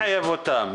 מי מחייב אותם?